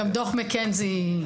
גם דוח מקנזי נימק על לזה.